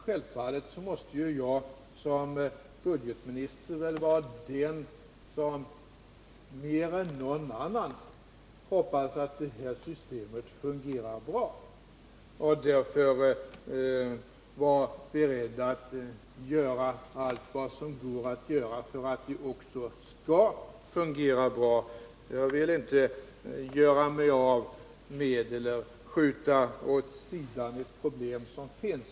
Självfallet måste jag som budgetminister vara den som mer än någon annan hoppas att det här systemet fungerar bra och därför vara beredd att göra allt vad som kan göras för att det också skall fungera bra. Jag vill inte skjuta undan ett problem som finns.